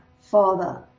father